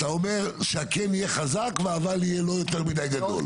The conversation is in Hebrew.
אתה אומר שהכן יהיה חזק והאבל לא יהיה יותר מידי גדול.